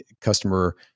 Customer